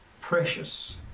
precious